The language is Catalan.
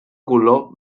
color